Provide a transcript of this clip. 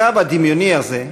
הקו הדמיוני הזה,